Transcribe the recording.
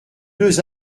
deux